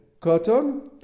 cotton